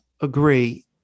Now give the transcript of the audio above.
Agree